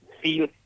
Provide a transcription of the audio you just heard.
feel